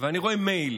ואני רואה מייל.